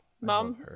mom